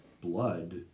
blood